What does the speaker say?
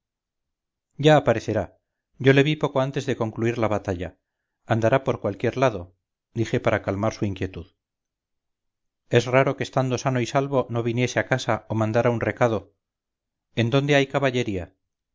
ya parecerá yo le vi poco antes de concluir la batalla andará por cualquier lado dije para calmar su inquietud es raro que estando sano y salvo no viniese a casa o mandara un recado en dónde hay caballería